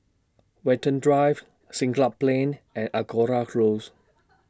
Watten Drive Siglap Plain and Angora Close